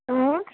اۭں